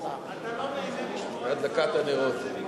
אתה לא נהנה לשמוע את שר האוצר?